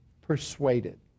persuaded